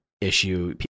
issue